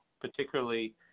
particularly